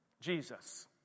Jesus